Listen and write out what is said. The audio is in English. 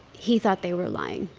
he thought they were lying,